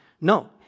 No